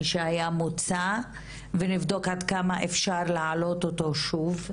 שהיה מוצע ונבדוק עד כמה אפשר להעלות אותו שוב,